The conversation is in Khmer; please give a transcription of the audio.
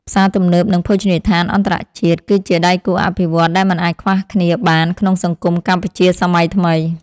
ផ្សារទំនើបនិងភោជនីយដ្ឋានអន្តរជាតិ គឺជាដៃគូអភិវឌ្ឍន៍ដែលមិនអាចខ្វះគ្នាបានក្នុងសង្គមកម្ពុជាសម័យថ្មី។